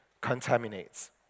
contaminates